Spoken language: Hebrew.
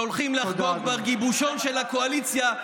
שהולכים לחגוג בגיבושון של הקואליציה,